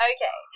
Okay